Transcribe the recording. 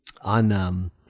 on